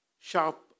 sharp